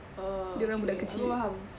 oh okay aku faham